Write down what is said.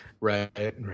right